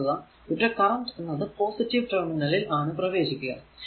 ഇനി നോക്കുക ഇവിടെ കറന്റ് എന്നത് പോസിറ്റീവ് ടെർമിനലിൽ ആണ് പ്രവേശിക്കുക